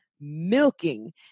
milking